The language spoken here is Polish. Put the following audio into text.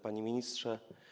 Panie Ministrze!